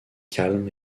calme